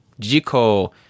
Jiko